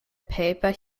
paper